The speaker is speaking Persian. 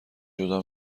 جدا